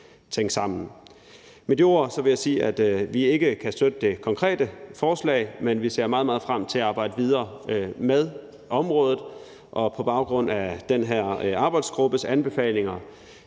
Med de ord vil jeg sige, at vi ikke kan støtte det konkrete forslag, men vi ser meget, meget frem til at arbejde videre med området, og på baggrund af den her arbejdsgruppes anbefalinger